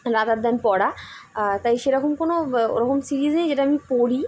rather than পড়া তাই সেরকম কোনো ওরকম সিরিজেই যেটা আমি পড়ি